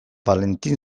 valentin